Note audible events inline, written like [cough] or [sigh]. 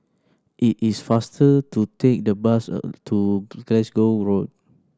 it is faster to take the bus [unintelligible] to Glasgow Road